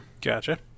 Gotcha